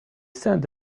sent